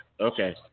Okay